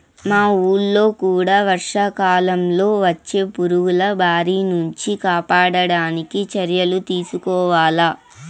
మా వూళ్ళో కూడా వర్షాకాలంలో వచ్చే పురుగుల బారి నుంచి కాపాడడానికి చర్యలు తీసుకోవాల